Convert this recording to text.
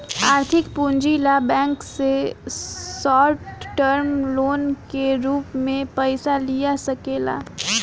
आर्थिक पूंजी ला बैंक से शॉर्ट टर्म लोन के रूप में पयिसा लिया सकेला